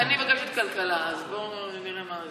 אני מבקשת כלכלה, אז בואו נראה מה,